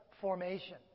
formation